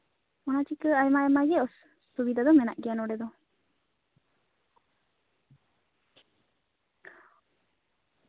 ᱚᱱᱟ ᱦᱚᱛᱮᱜ ᱛᱮ ᱟᱭᱢᱟᱼᱟᱭᱢᱟ ᱜᱮ ᱚᱥᱩᱵᱤᱫᱷᱟ ᱫᱚ ᱢᱮᱱᱟᱜ ᱜᱮᱭᱟ ᱱᱚᱸᱰᱮ ᱫᱚ